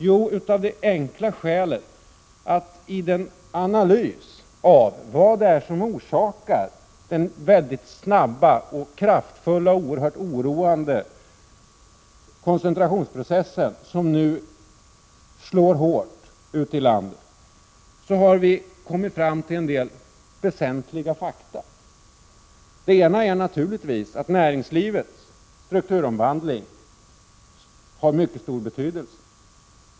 Jo, av det enkla skälet att i den analys av vad det är som orsakar den mycket snabba, kraftfulla och oroande koncentrationsprocess som slår hårt ute i landet, har framkommit en del väsentliga fakta. Först och främst har näringslivets strukturomvandling mycket stor betydelse.